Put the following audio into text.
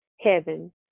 heaven